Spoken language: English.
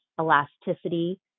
elasticity